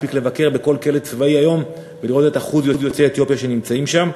מספיק לבקר בכל כלא צבאי היום ולראות את אחוז יוצאי אתיופיה שנמצאים שם.